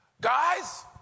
guys